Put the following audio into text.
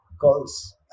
calls